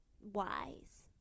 wise